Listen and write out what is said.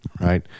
right